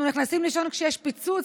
אנחנו נכנסים לישון כשיש פיצוץ,